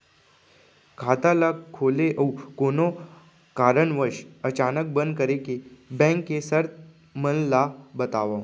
खाता ला खोले अऊ कोनो कारनवश अचानक बंद करे के, बैंक के शर्त मन ला बतावव